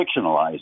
fictionalized